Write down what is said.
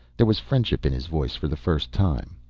there was friendship in his voice for the first time.